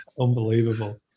unbelievable